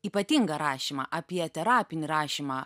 ypatingą rašymą apie terapinį rašymą